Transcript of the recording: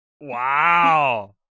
Wow